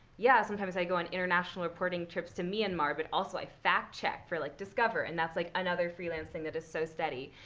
yeah, sometimes i go on international reporting trips to myanmar, but also, i fact check for like discover. and that's like another freelance thing that is so steady.